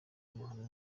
amahame